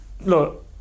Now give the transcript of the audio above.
Look